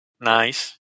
Nice